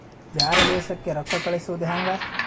ಬ್ಯಾರೆ ದೇಶಕ್ಕೆ ರೊಕ್ಕ ಕಳಿಸುವುದು ಹ್ಯಾಂಗ?